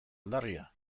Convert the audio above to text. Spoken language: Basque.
aldarria